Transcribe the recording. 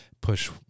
Push